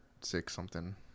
six-something